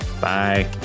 Bye